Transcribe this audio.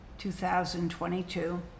2022